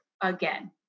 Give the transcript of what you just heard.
again